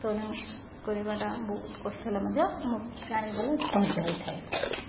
ତେଣୁ କରିବାଟା ବହୁତ କଷ୍ଟ ହେଲେ ମଧ୍ୟ ମୁଁ ଗଲେ ସହଜ ହୋଇଥାଏ